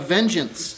Vengeance